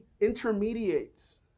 intermediates